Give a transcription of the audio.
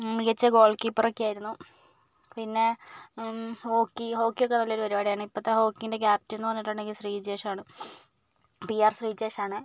മികച്ച ഗോൾകീപ്പർ ഒക്കെ ആയിരുന്നു പിന്നെ ഹോക്കി ഹോക്കിയൊക്കെ നല്ലൊരു പരിപാടിയാണ് ഇപ്പോഴത്തെ ഹോക്കി ക്യാപ്റ്റൻ എന്ന് പറഞ്ഞിട്ടുണ്ടെങ്കിൽ ശ്രീജേഷ് ആണ് പി ആർ ശ്രീജേഷ് ആണ്